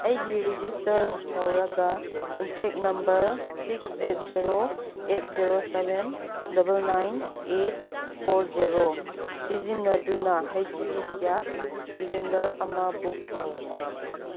ꯑꯩꯒꯤ ꯔꯦꯖꯤꯁꯇꯔ ꯇꯧꯔꯒ contact number six eight zero eight zero seven double nine eight four zero ꯁꯤꯖꯤꯟꯅꯗꯨꯅ H P gas cylinder ꯑꯃ book ꯇꯧ